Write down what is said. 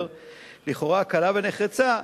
לכאורה כלה ונחרצה,